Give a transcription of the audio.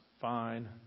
fine